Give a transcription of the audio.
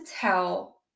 tell